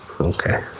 okay